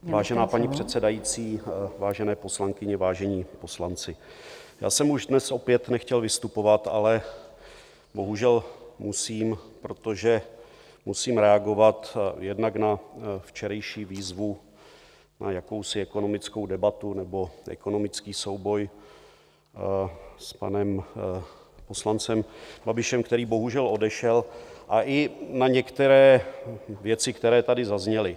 Vážená paní předsedající, vážené poslankyně, vážení poslanci, já jsem už dnes opět nechtěl vystupovat, ale bohužel musím, protože musím reagovat jednak na včerejší výzvu, na jakousi ekonomickou debatu nebo ekonomický souboj s panem poslancem Babišem, který bohužel odešel, i na některé věci, které tady zazněly.